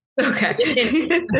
okay